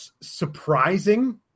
Surprising